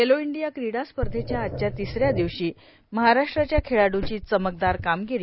Khelo India क्रिडा स्पर्धेच्या आजच्या तिसऱ्या दिवशी महाराष्ट्राच्या खेळाडूंची चमकदार कामगिरी